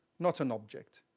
not an object.